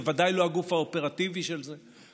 בוודאי לא הגוף האופרטיבי של זה,